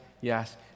yes